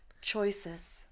choices